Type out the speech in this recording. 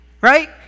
right